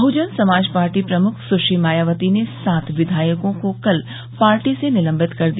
Bahujan Samaj Party प्रमुख सुश्री मायावती ने सात विधायकों को कल पार्टी से निलम्बित कर दिया